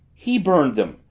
he burned them!